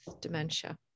dementia